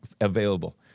available